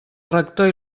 rector